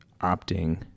opting